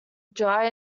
dry